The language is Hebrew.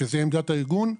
וזו עמדת הארגון,